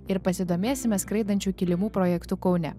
ir pasidomėsime skraidančių kilimų projektu kaune